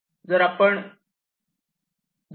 जर आपण 2